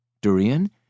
Durian